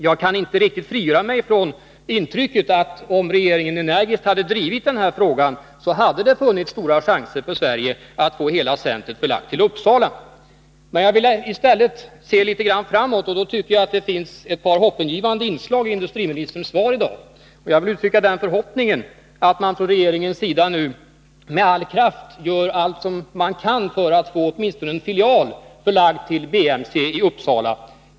Jag kan inte riktigt frigöra mig från tanken att om regeringen energiskt hade drivit den här frågan, hade det funnits stora chanser för Sverige att få hela centret förlagt till Uppsala. Men jag försöker att se framåt. Jag tycker mig skönja ett par hoppingivande inslag i industriministerns svar i dag. Jag vill uttrycka förhoppningen att man från regeringens sida nu med all kraft gör allt man kan för att få åtminstone en filial förlagd till biomedicinska centret i Uppsala.